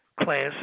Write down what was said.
class